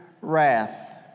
wrath